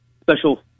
special